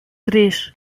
três